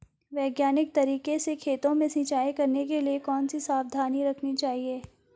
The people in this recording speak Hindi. वैज्ञानिक तरीके से खेतों में सिंचाई करने के लिए कौन कौन सी सावधानी रखनी चाहिए?